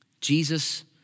Jesus